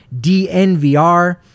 dnvr